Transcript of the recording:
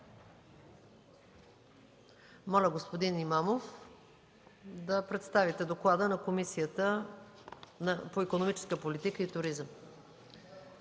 зала. Господин Имамов, моля да представите доклада на Комисията по икономическата политика и туризъм.